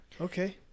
Okay